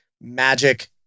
magic